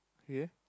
ya